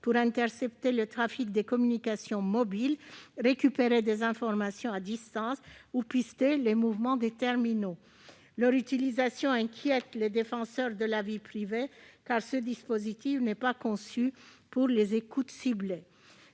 pour intercepter le trafic des communications mobiles, récupérer des informations à distance ou pister les mouvements des terminaux. Son utilisation inquiète les défenseurs de la vie privée, car ce dispositif n'est pas conçu pour les écoutes ciblées.